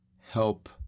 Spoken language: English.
help